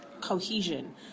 cohesion